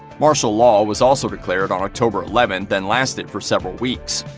martial law was also declared on october eleven and lasted for several weeks.